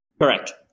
correct